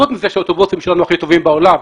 חוץ מזה שהאוטובוסים שלנו הכי טובים בעולם,